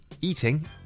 eating